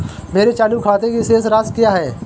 मेरे चालू खाते की शेष राशि क्या है?